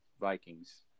Vikings